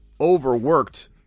overworked